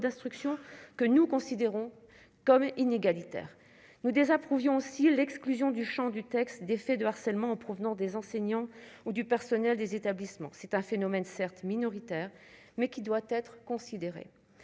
d'instruction que nous considérons comme inégalitaire. Nous désapprouvions aussi l'exclusion du champ du texte des faits de harcèlement en provenance des enseignants ou du personnel des établissements : c'est un phénomène certes minoritaire, mais qui doit être considéré.